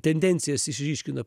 tendencijas išryškina